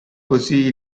così